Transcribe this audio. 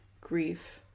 grief